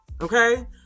Okay